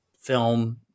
film